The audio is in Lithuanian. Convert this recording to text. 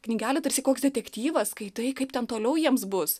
knygelių tarsi koks detektyvas skaitai kaip ten toliau jiems bus